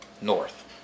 north